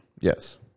Yes